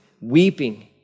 weeping